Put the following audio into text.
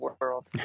world